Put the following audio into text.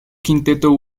quinteto